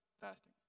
Fasting